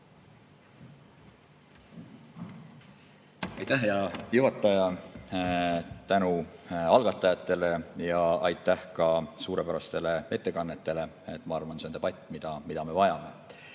Aitäh, hea juhataja! Tänu algatajatele ja aitäh ka suurepäraste ettekannete eest! Ma arvan, et see on debatt, mida me vajame.